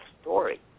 story